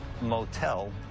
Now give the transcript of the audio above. motel